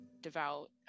devout